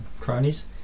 cronies